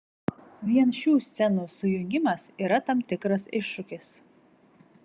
vien šių scenų sujungimas yra tam tikras iššūkis